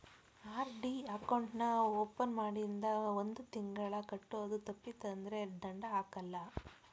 RD account ನಾ open ಮಾಡಿಂದ ಒಂದ್ ತಿಂಗಳ ಕಟ್ಟೋದು ತಪ್ಪಿತಂದ್ರ ದಂಡಾ ಹಾಕಲ್ಲ